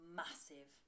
massive